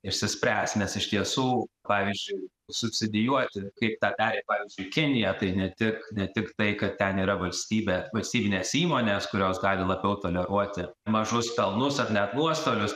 išsispręs nes iš tiesų pavyzdžiui subsidijuoti kaip tą darė pavyzdžiui kinija tai ne tik ne tik tai kad ten yra valstybė valstybinės įmonės kurios gali labiau toleruoti mažus pelnus ar net nuostolius